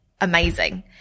amazing